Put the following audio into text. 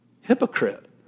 hypocrite